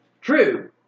True